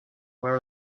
where